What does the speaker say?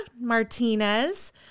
Martinez